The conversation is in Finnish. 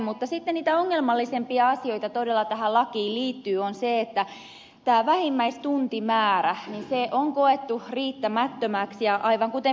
mutta sitten tähän lakiin liittyen niitä ongelmallisempia asioita on todella se että tämä vähimmäistuntimäärä on koettu riittämättömäksi